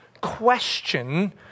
question